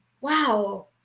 wow